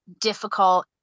difficult